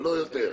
ולא יותר.